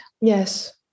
Yes